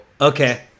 Okay